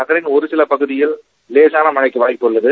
நகரின் ஒருசில பகுதிகளில் லேசான மழைக்கு வாய்ப்புள்ளது